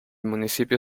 municipio